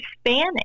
Spanish